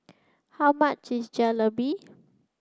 how much is Jalebi